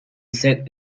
set